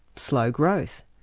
slow growth.